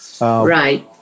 right